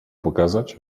pokazać